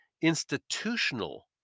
institutional